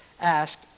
asked